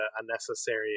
Unnecessary